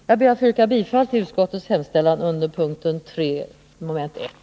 Jag ber att få yrka bifall till utskottets hemställan under p. 3 mom. 1.